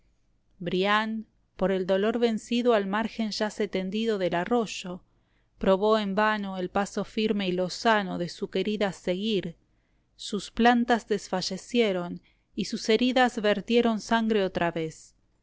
brian por el dolor vencido al margen yace tendido esteban echevbreía del arroyo probó en vano el paso firme y lozano de su querida seguir sus plantas desfallecieron y sus heridas vertieron sangre otra vez